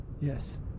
Yes